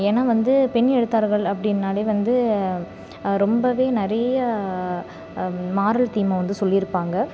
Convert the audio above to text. ஏன்னா வந்து பெண் எழுத்தாளர்கள் அப்படினாலே வந்து ரொம்பவே நிறைய மாடல் தீமை வந்து சொல்லியிருப்பாங்க